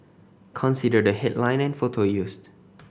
consider the headline and photo used